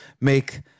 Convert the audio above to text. make